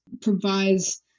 provides